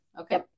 Okay